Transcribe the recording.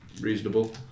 reasonable